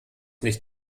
nicht